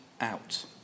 out